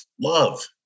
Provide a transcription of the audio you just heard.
love